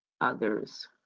others